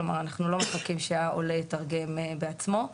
כלומר אנחנו לא מחכים שהעולה יתרגם בעצמו.